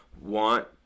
want